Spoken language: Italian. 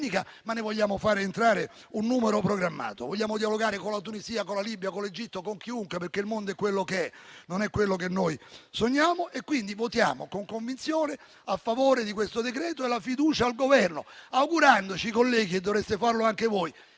ma ne vogliamo fare entrare un numero programmato. Vogliamo dialogare con la Tunisia, con la Libia, con l'Egitto e con chiunque, perché il mondo è quello che è, e non è quello che noi sogniamo. Quindi, votiamo con convinzione questo decreto-legge e la fiducia al Governo, augurandoci - colleghi, dovreste farlo anche voi